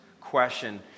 question